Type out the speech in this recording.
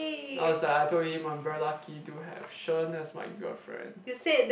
I was like I told him I'm very lucky to have Shen as my girlfriend